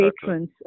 patrons